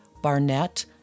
Barnett